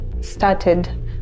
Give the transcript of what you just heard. started